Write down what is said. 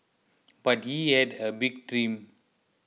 but he had a big dream